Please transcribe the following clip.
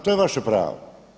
To je vaše pravo.